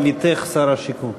מוסתר על-ידי עמיתך שר השיכון.